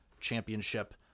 championship